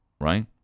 right